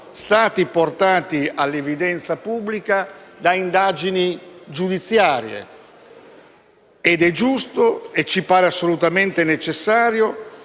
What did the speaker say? stati portati all'evidenza pubblica da indagini giudiziarie. Ed è giusto, anzi ci sembra assolutamente necessario,